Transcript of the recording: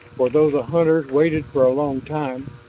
for though the hunters waited for a long time,